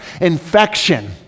infection